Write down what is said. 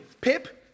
Pip